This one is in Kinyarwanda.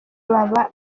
baba